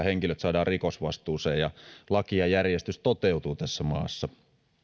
henkilöt saadaan rikosvastuuseen ja laki ja järjestys toteutuu tässä maassa